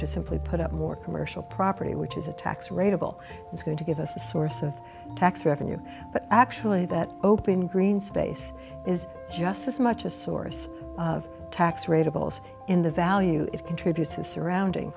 to simply put up more commercial property which is a tax rate of all it's going to give us a source of tax revenue but actually that open green space is just as much a source of tax rate about us in the value it contributes in surrounding